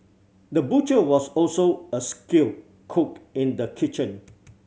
the butcher was also a skill cook in the kitchen